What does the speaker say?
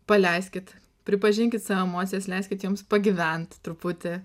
paleiskit pripažinkit savo emocijas leiskit joms pagyvent truputį